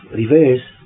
reverse